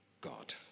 God